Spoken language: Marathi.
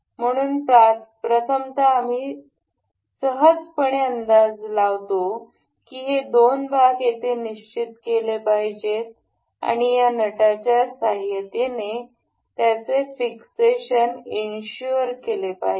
म्हणून प्रथमतः आम्ही सहजपणे अंदाज लावतो की हे दोन भाग येथे निश्चित केले पाहिजेत आणि या नटाच्या सहाय्यतेणे त्यांचे फिक्सेशन इन्शुअर केले पाहिजे